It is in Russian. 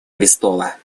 престола